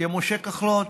כמשה כחלון.